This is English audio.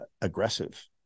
aggressive